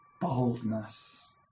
boldness